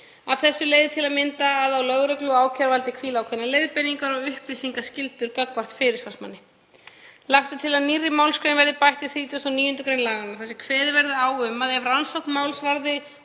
Af þessu leiðir til að mynda að á lögreglu og ákæruvaldi hvíla ákveðnar leiðbeiningar- og upplýsingaskyldur gagnvart fyrirsvarsmanni. Lagt til að nýrri málsgrein verði bætt við 39. gr. laganna þar sem kveðið verði á um að ef rannsókn máls varði